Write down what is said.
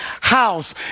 house